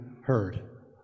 heard